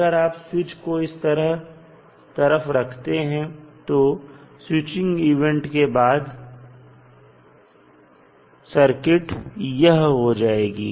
अगर आप स्विच को इस तरफ रखते हैं तो स्विचिंग इवेंट के बाद सर्किट यह हो जाएगी